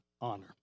honor